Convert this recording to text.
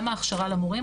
גם ההכשרה למורים.